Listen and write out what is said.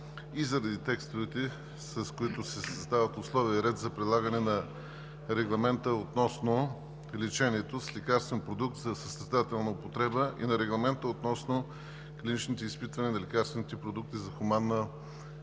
и заради текстовете, с които се създават условия и ред за прилагане на Регламента относно лечението с лекарствен продукт за състрадателна употреба и на Регламента относно клиничните изпитвания на лекарствените продукти за хуманна употреба,